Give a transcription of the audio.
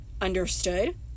Understood